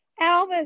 Elvis